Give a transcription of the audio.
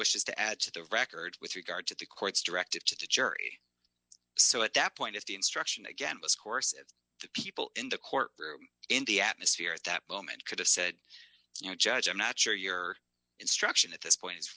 wishes to add to the record with regard to the court's directive to the jury so at that point if the instruction again was course the people in the courtroom in the atmosphere at that moment could have said you know judge i'm not sure your instruction at this point is